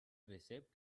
receipt